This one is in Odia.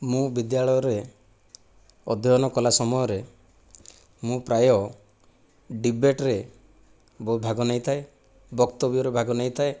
ମୁଁ ବିଦ୍ୟାଳୟରେ ଅଧ୍ୟୟନ କଲା ସମୟରେ ମୁଁ ପ୍ରାୟ ଡିବେଟରେ ବହୁ ଭାଗ ନେଇଥାଏ ବକ୍ତବ୍ୟରେ ଭାଗ ନେଇଥାଏ